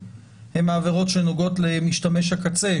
הן העבירות שנוגעות למשתמש הקצה,